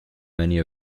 many